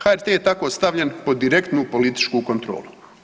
HRT je tako stavljen pod direktnu političku kontrolu.